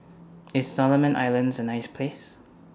IS Solomon Islands A nice Place